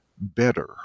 better